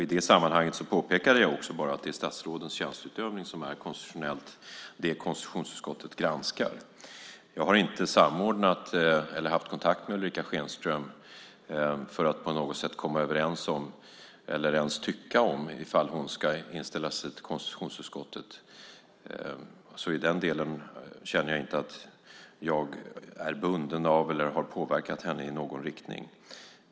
I det sammanhanget påpekade jag också att det är statsrådets tjänsteutövning som konstitutionellt är det konstitutionsutskottet granskar. Jag har inte samordnat detta eller haft kontakt med Ulrica Schenström för att på något sätt komma överens om eller ens tycka något om huruvida hon ska inställa sig till konstitutionsutskottet. I den delen känner jag inte att jag är bunden av eller har påverkat henne i någon riktning.